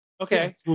Okay